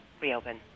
reopen